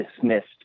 dismissed